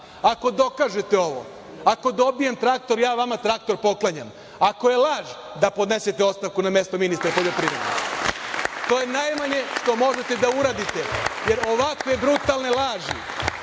ako dokažete ovo, ako dobijem traktor, ja vama traktor poklanjam. Ako je laž, da podnesete ostavku na mesto ministra poljoprivrede. To je najmanje što možete da uradite, jer ovakve brutalne laži